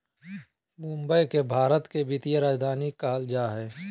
मुंबई के भारत के वित्तीय राजधानी कहल जा हइ